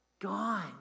Gone